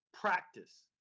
practice